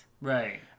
Right